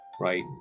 right